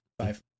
five